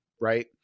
right